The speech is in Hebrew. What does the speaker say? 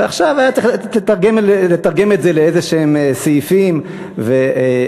ועכשיו היה צריך לתרגם את זה לסעיפים כלשהם,